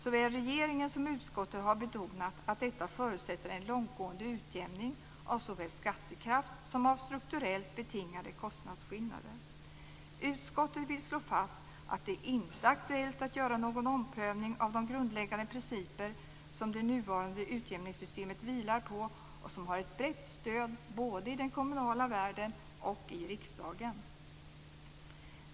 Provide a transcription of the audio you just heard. Såväl regeringen som utskottet har betonat att detta förutsätter en långtgående utjämning av såväl skattekraft som strukturellt betingade kostnadsskillnader. Utskottet vill slå fast att det inte är aktuellt att göra någon omprövning av de grundläggande principer som det nuvarande utjämningssystemet vilar på och som har ett brett stöd både i den kommunala världen och i riksdagen.